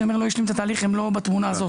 זה שאמיר לא השלים את התהליך הם לא בתמונה הזאת,